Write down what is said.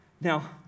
Now